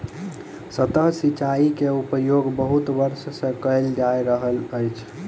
सतह सिचाई के उपयोग बहुत वर्ष सँ कयल जा रहल अछि